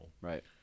right